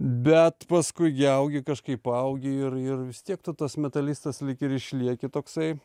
bet paskui gi augi kažkaip paaugi ir ir vis tiek tu tas metalistas lyg ir išlieki toksai